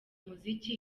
muziki